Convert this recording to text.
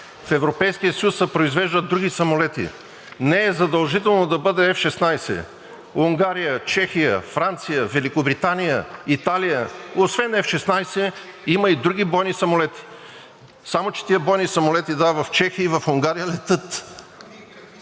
В Европейския съюз се произвеждат други самолети, не е задължително да бъдат F-16. В Унгария, Чехия, Франция, Великобритания, Италия освен F-16 има и други бойни самолети. Само че тези бойни самолети, да, в Чехия и в Унгария летят.